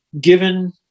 given